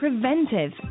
preventive